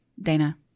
Dana